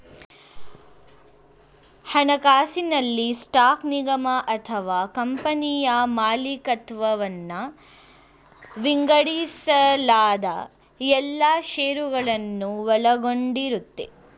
ಹಣಕಾಸಿನಲ್ಲಿ ಸ್ಟಾಕ್ ನಿಗಮ ಅಥವಾ ಕಂಪನಿಯ ಮಾಲಿಕತ್ವವನ್ನ ವಿಂಗಡಿಸಲಾದ ಎಲ್ಲಾ ಶೇರುಗಳನ್ನ ಒಳಗೊಂಡಿರುತ್ತೆ